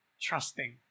trusting